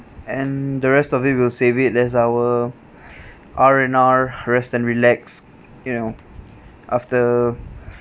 and the rest of it we'll save it that's our R and R rest and relax you know after